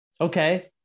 Okay